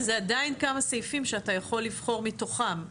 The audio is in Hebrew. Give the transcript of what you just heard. זה עדיין כמה סעיפים שאתה יכול לבחור מתוכם,